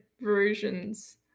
versions